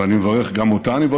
ואני מברך גם אותה.